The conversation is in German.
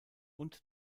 und